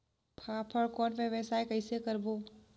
फाफण कौन व्यवसाय कइसे करबो?